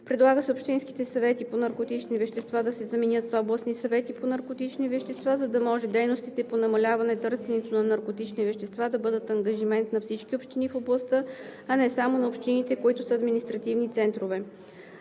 Предлага се общинските съвети по наркотични вещества да се заменят с областни съвети по наркотични вещества, за да може дейностите по намаляване търсенето на наркотични вещества да бъдат ангажимент на всички общини в областта, а не само на общините, които са административни центрове.